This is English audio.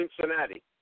Cincinnati